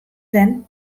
zen